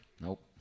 nope